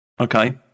okay